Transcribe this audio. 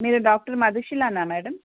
మీరు డాక్టర్ మధుషీలనా మ్యాడమ్